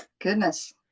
goodness